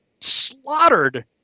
slaughtered